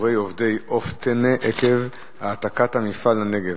פיטורי עובדי "עוף טנא" עקב העתקת המפעל לנגב.